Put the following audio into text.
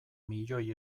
milioi